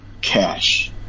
cash